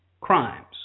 crimes